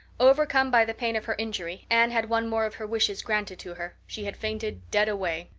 overcome by the pain of her injury, anne had one more of her wishes granted to her. she had fainted dead away.